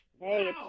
Hey